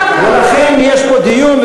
ולכן יש פה דיון,